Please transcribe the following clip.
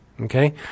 okay